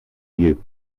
you